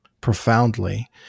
profoundly